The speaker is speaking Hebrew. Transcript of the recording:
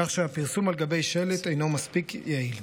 כך שהפרסום על גבי שלט אינו מספיק יעיל.